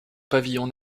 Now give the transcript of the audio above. pavillon